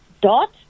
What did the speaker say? dot